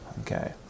okay